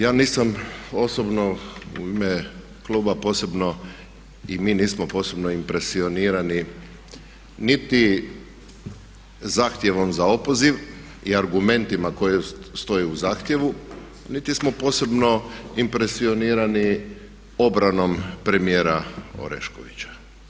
Ja nisam osobno u ime kluba posebno i mi nismo posebno impresionirani niti zahtjevom za opoziv i argumentima koji stoje u zahtjevu niti smo posebno impresionirani obranom premijera Oreškovića.